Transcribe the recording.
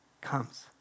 comes